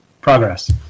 progress